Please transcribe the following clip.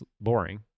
boring